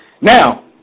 Now